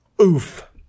Oof